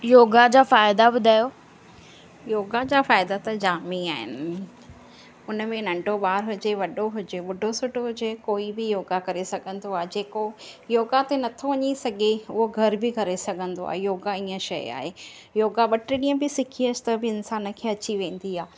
योगा जा फ़ाइदा ॿुधायो योगा जा फ़ाइदा त जाम ई आहिनि उन में नंढो ॿार हुजे वॾो हुजे ॿुढो सुढो हुजे कोई बि योगा करे सघंदो आहे जेको योगा ते नथो वञी सॻे उहो घरु बि करे सघंदो आहे योगा ईअं शइ आहे योगा ॿ टे ॾींहुं बि सिखी अचि त बि इन्सानु खे अची वेंदी आहे